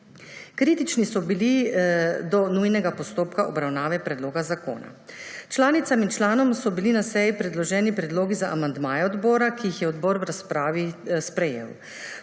Kritični so bili do nujnega postopka obravnave predloga zakona. Članicam in članom so bili na seji predloženi predlogi za amandmaje odbora, ki jih je odbor v razpravi sprejel.